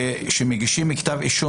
שכשמגישים כתב אישום,